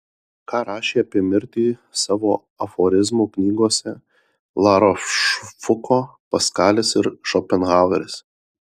ką rašė apie mirtį savo aforizmų knygose larošfuko paskalis ir šopenhaueris